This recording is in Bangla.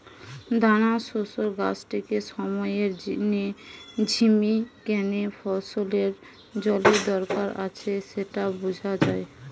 দানাশস্যের গাছটিকে সময়ের জিনে ঝিমি গ্যানে ফসলের জলের দরকার আছে স্যাটা বুঝা যায়